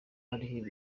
hariho